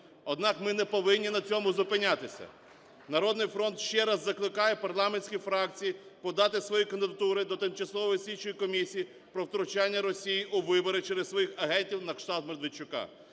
Однак, ми неповинні на цьому зупинятися. "Народний фронт" ще раз закликає парламентські фракції подати свої кандидатури до тимчасової слідчої комісії про втручання Росії у вибори через своїх агентів на кшталт Медведчука.